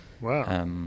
Wow